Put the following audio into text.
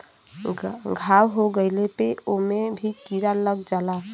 घाव हो गइले पे ओमे भी कीरा लग जाला